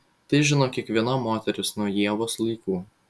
tai žino kiekviena moteris nuo ievos laikų